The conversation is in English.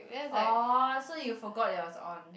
oh so you forgot that it was on